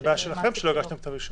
זאת בעיה שלכם שלא הגשתם כתב אישום.